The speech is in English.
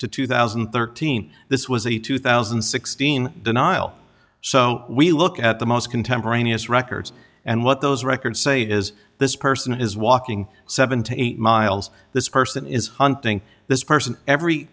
to two thousand and thirteen this was a two thousand and sixteen denial so we look at the most contemporaneous records and what those records say is this person is walking seven to eight miles this person is hunting this person every